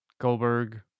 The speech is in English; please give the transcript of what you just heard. Goldberg